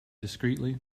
discreetly